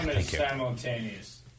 simultaneous